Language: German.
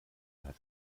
hat